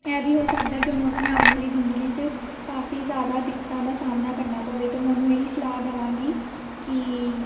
ਇਹ ਵੀ ਹੋ ਸਕਦਾ ਹੈ ਕਿ ਉਹਨੂੰ ਆਪਣੀ ਆਉਣ ਵਾਲੀ ਜ਼ਿੰਦਗੀ 'ਚ ਕਾਫ਼ੀ ਜ਼ਿਆਦਾ ਦਿੱਕਤਾਂ ਦਾ ਸਾਹਮਣਾ ਕਰਨਾ ਪਵੇ ਅਤੇ ਮੈਂ ਉਹਨੂੰ ਇਹ ਹੀ ਸਲਾਹ ਦਵਾਂਗੀ ਕਿ